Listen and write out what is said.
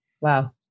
Wow